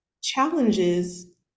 challenges